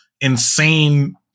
insane